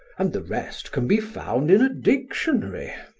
and the rest can be found in a dictionary.